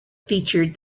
featured